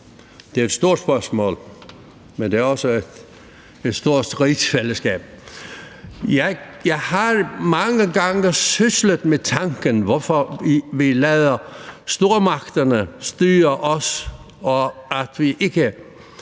Det er jo et stort spørgsmål, men det er også et stort rigsfællesskab. Jeg har mange gange syslet med tanken om, hvorfor vi lader stormagterne styre os og ikke